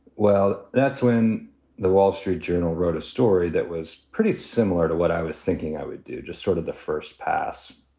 well, that's when the wall street journal wrote a story that was pretty similar to what i was thinking i would do, just sort of the first pass.